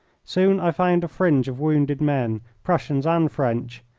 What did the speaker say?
soon i found a fringe of wounded men, prussians and french,